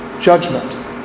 Judgment